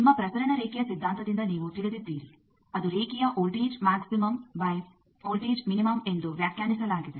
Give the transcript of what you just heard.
ನಿಮ್ಮ ಪ್ರಸರಣ ರೇಖೆಯ ಸಿದ್ಧಾಂತದಿಂದ ನೀವು ತಿಳಿದಿದ್ದೀರಿ ಅದು ರೇಖೆಯ voltage maximum by voltage minimum ಎಂದು ವ್ಯಾಖ್ಯಾನಿಸಲಾಗಿದೆ